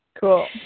Cool